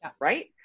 right